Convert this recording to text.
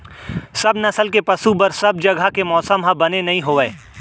सब नसल के पसु बर सब जघा के मौसम ह बने नइ होवय